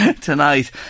tonight